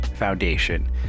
foundation